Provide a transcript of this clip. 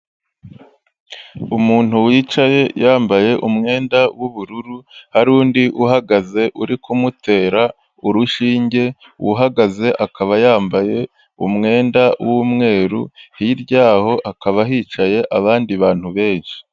Umuntu wicaye yambaye umwenda w'ubururu, hari undi uhagaze uri kumutera urushinge uhagaze, akaba yambaye umwenda w'umweru, hirya y'aho hakaba hicaye abandi bantu benshi.